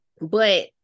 But-